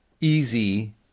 easy